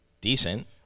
decent